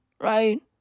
right